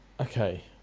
okay